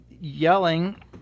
yelling